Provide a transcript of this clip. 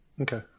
Okay